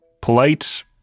Polite